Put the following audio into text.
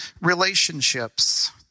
relationships